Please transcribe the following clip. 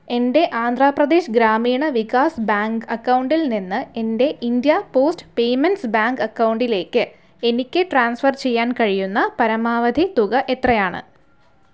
എൻ്റെ ആന്ധ്രാപ്രദേശ് ഗ്രാമീണ വികാസ് ബാങ്ക് അക്കൗണ്ടിൽ നിന്ന് എൻ്റെ ഇന്ത്യ പോസ്റ്റ് പേയ്മെന്റ്സ് ബാങ്ക് അക്കൗണ്ടിലേക്ക് എനിക്ക് ട്രാൻസ്ഫർ ചെയ്യാൻ കഴിയുന്ന പരമാവധി തുക എത്രയാണ്